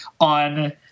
on